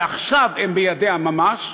ועכשיו הם בידיה ממש,